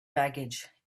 baggage